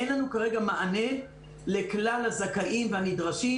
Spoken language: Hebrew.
אין לנו כרגע מענה לכלל הזכאים והנדרשים.